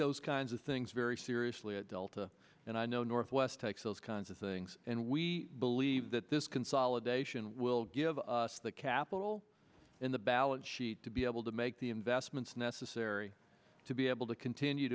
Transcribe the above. those kinds of things very seriously at delta and i know northwest takes those kinds of things and we believe that this consolidation will give us that capital in the balance sheet to be able to make the investments necessary to be able to continue